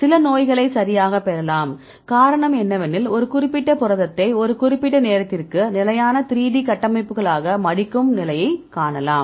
சில நோய்களை சரியாகப் பெறலாம் காரணம் என்னவெனில் ஒரு குறிப்பிட்ட புரதத்தை ஒரு குறிப்பிட்ட நேரத்திற்கு நிலையான 3D கட்டமைப்புகளாக மடிக்கும் நிலையை காணலாம்